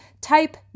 type